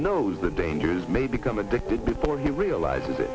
knows the dangers may become addicted before he realizes